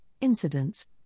incidents